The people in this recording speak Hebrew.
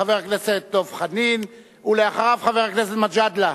חבר הכנסת דב חנין, ואחריו, חבר הכנסת מג'אדלה.